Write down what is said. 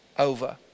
over